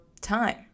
time